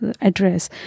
address